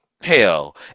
Hell